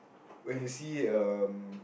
when you see um